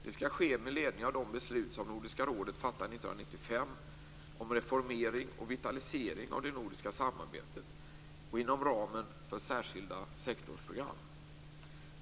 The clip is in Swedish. Det skall ske med ledning av de beslut som Nordiska rådet fattade 1995 om reformering och vitalisering av det nordiska samarbetet, och inom ramen för särskilda sektorsprogram.